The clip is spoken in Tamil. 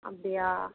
அப்படியா